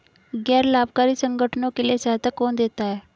गैर लाभकारी संगठनों के लिए सहायता कौन देता है?